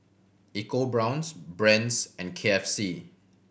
EcoBrown's Brand's and K F C